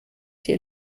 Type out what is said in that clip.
die